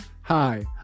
Hi